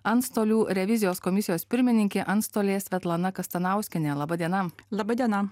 antstolių revizijos komisijos pirmininkė antstolė svetlana kastanauskienė laba diena laba diena